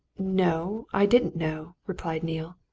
no, i didn't know, replied neale.